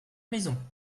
maison